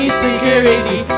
security